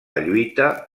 lluita